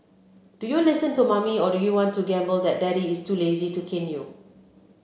do you listen to mommy or do you want to gamble that daddy is too lazy to cane you